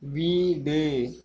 வீடு